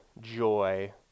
joy